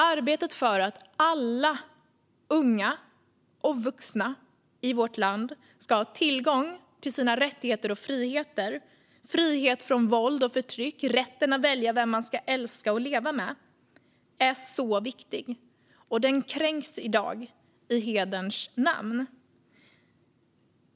Arbetet för att alla unga och vuxna i vårt land ska ha tillgång till sina rättigheter och friheter - frihet från våld och förtryck, rätten att välja vem man ska älska och leva med - är så viktigt. Dessa rättigheter kränks i dag i hederns namn.